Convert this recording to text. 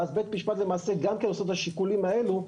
ואז בית משפט למעשה גם כן עושה את השיקולים האלו.